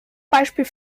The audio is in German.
beispiel